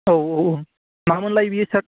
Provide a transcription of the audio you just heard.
औ औ औ मा मोनलाय बेयो सार